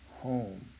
home